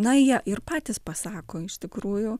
na jie ir patys pasako iš tikrųjų